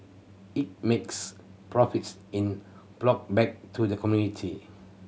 it makes profits in ploughed back to the community